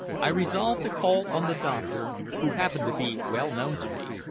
i resolved to call on the doctor, who happened to be well known to me,